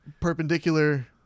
perpendicular